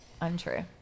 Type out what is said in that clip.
untrue